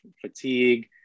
fatigue